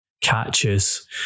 catches